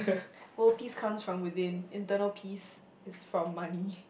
oh peace comes from within internal peace is from money